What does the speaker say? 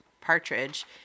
Partridge